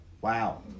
wow